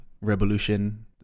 Revolution